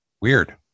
Weird